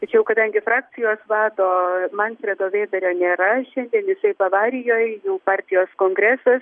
tačiau kadangi frakcijos vado manfredo vėberio nėra šiandien jisai bavarijoj jų partijos kongresas